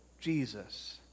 Jesus